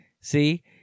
See